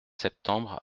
septembre